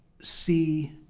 see